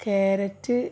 carrot